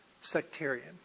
sectarian